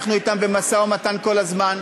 אנחנו אתם במשא-ומתן כל הזמן.